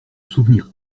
souvenir